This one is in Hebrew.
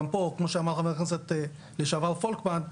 גם פה כמו שאמר חבר הכנסת לשעבר פולקמן,